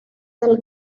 del